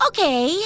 Okay